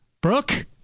Brooke